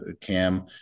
Cam